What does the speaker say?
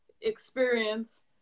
experience